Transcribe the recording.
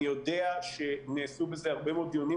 אני יודע שנעשו בזה הרבה מאוד דיונים,